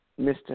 Mr